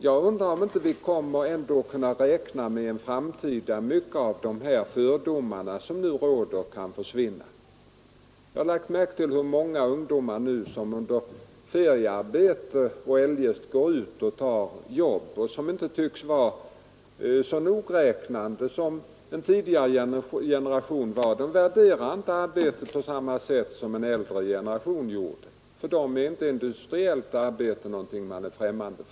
Jag undrar om vi inte ändå kan räkna med att i framtiden mycket av de fördomar som nu råder kan försvinna. Jag har lagt märke till att många ungdomar som under feriearbete och eljest går ut och tar jobb inte tycks vara lika fördomsfulla som en tidigare generation var. De värderar inte arbetet på samma sätt som en äldre generation gjorde och för dem är inte industriellt arbete något främmande.